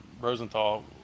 Rosenthal